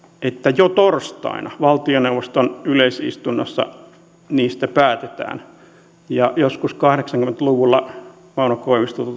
että jo torstaina valtioneuvoston yleisistunnossa niistä päätetään joskus kahdeksankymmentä luvulla mauno koivisto